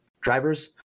drivers